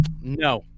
no